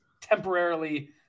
temporarily